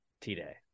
T-Day